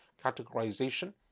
categorization